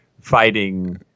fighting